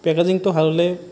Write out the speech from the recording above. পেকেজিঙটো ভাল হ'লে